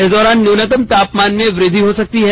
इस दौरान न्यूनतम तापमान में वृद्धि हो सकती है